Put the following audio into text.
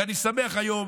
אני שמח היום,